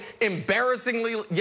embarrassingly